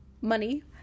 money